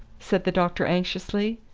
said the doctor anxiously.